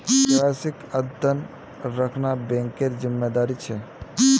केवाईसीक अद्यतन रखना बैंकेर जिम्मेदारी छे